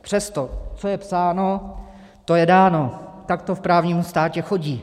Přesto co je psáno, to je dáno, tak to v právním státě chodí.